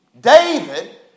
David